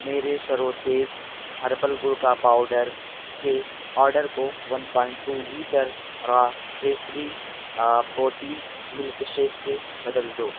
میرے شروتیز ہربل گڑ کا پاؤڈر کے آرڈر کو one point two litre raw پریسری پروٹین ملک شیک سے بدل دو